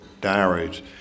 diaries